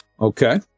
okay